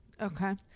okay